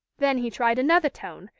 then he tried another tone,